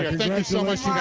thanks so much.